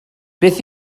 beth